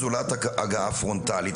זולת הגעה פרונטלית.